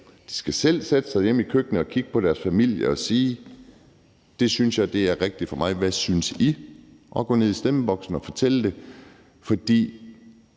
De skal selv sætte sig hjem i køkkenet og kigge på deres familie og sige, at det synes jeg er rigtigt for mig, men hvad synes I, og så gå ned i stemmeboksen og fortælle det. For